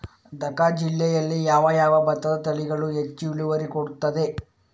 ದ.ಕ ಜಿಲ್ಲೆಯಲ್ಲಿ ಯಾವ ಯಾವ ಭತ್ತದ ತಳಿಗಳು ಹೆಚ್ಚು ಇಳುವರಿ ಕೊಡುತ್ತದೆ?